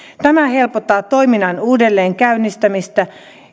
tämä helpottaa toiminnan uudelleenkäynnistämistä